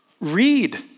Read